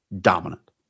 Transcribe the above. dominant